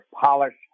polished